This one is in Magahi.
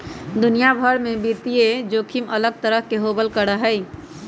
दुनिया भर में वित्तीय जोखिम अलग तरह के होबल करा हई